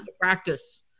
practice